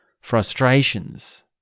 frustrations